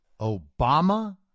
Obama